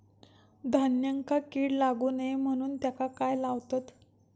धान्यांका कीड लागू नये म्हणून त्याका काय लावतत?